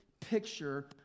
picture